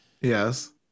Yes